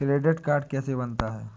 Credit card कैसे बनता है?